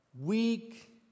weak